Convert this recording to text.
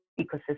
ecosystem